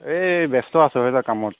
এই ব্যস্ত আছো এটা কামত